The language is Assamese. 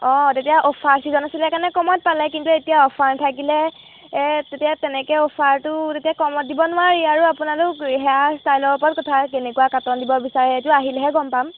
অঁ তেতিয়া অফাৰ ছিজন আছিলে কাৰণে কমত পালে কিন্তু এতিয়া অফাৰ নাথাকিলে তেতিয়া তেনেকৈ অফাৰটো তেতিয়া কমত দিব নোৱাৰি আৰু আপোনালোক হেয়াৰ ষ্টাইলৰ ওপৰত কথা কেনেকুৱা কাটন দিব বিচাৰে সেইটো আহিলেহে গম পাম